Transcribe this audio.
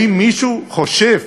האם מישהו חושב,